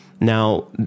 now